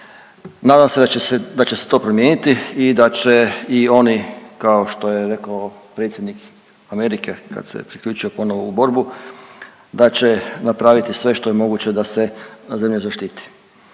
Nadam se da će se to promijeniti i da će i oni kao što je rekao predsjednik Amerike kad se priključio ponovo u borbu, da će napraviti sve što je moguće da se zemlja zaštiti.